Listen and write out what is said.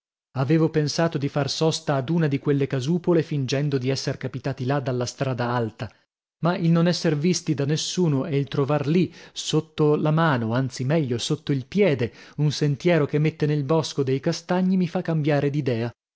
avevo pensato di far sosta ad una di quelle casupole fingendo di esser capitati là dalla strada alta ma il non esser visti da nessuno e il trovar lì sotto la mano anzi meglio sotto il piede un sentiero che mette nel bosco dei castagni mi fa cambiare